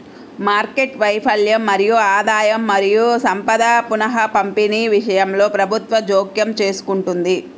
market వైఫల్యం మరియు ఆదాయం మరియు సంపద పునఃపంపిణీ విషయంలో ప్రభుత్వం జోక్యం చేసుకుంటుంది